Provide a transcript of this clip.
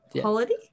Quality